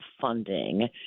funding